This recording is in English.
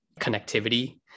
connectivity